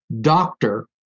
doctor